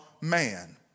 man